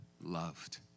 loved